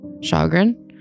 chagrin